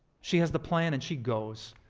she has the plan, and she goes.